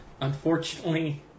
Unfortunately